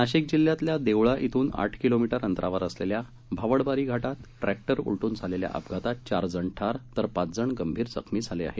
नाशिक जिल्ह्यातल्या देवळा श्रिन आठ किलोमीटर अंतरावर असलेल्या भावडबारी घाटात ट्रॅक्टर उलटून झालेल्या अपघातात चार जण ठार झाले तर पाच जण गंभीर जखमी झाले आहेत